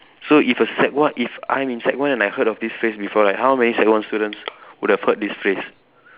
so if a sec one if I'm in sec one and I heard of this phrase before right how many sec one students would have heard this phrase